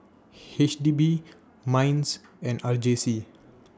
H D B Minds and R J C